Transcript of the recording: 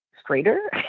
straighter